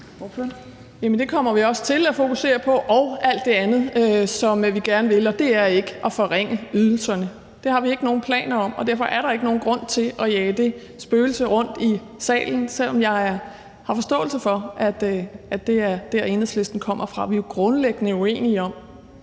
det kommer vi også til at fokusere på – og alt det andet, som vi gerne vil. Og det er ikke at forringe ydelserne. Det har vi ikke nogen planer om, og derfor er der ikke nogen grund til at jage det spøgelse rundt i salen, selv om jeg har forståelse for, at det er der, Enhedslisten kommer fra. Vi er grundlæggende uenige om,